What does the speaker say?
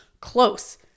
close